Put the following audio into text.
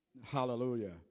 Hallelujah